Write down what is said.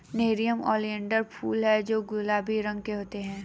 nerium oleander फूल हैं जो गुलाबी रंग के होते हैं